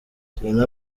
selena